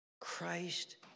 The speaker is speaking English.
Christ